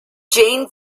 jain